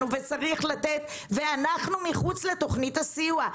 וצריך לתת ואנחנו מחוץ לתוכנית הסיוע.